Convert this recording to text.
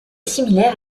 similaire